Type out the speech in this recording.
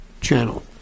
channel